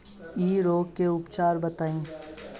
इ रोग के उपचार बताई?